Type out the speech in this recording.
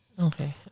Okay